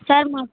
sir మా